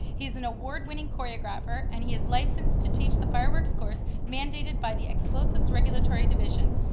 he is an award-winning choreographer, and he is licensed to teach the fireworks course mandated by the explosives regulatory division.